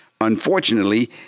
Unfortunately